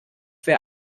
wer